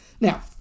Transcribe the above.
Now